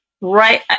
Right